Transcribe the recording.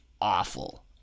awful